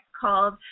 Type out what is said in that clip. called